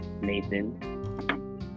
Nathan